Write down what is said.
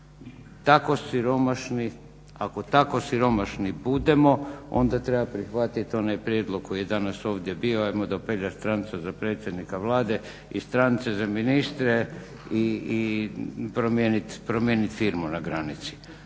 Ako tako siromašni budemo onda treba prihvatiti onaj prijedlog koji je danas ovdje bio, ajmo dopeljati stranca za predsjednika Vlade i strance za ministre i promijeniti firmu na granici.